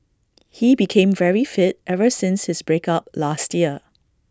he became very fit ever since his break up last year